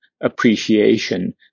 appreciation